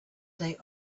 day